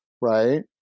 right